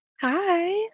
Hi